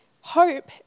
Hope